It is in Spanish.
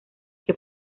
que